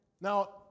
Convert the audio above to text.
Now